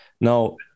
Now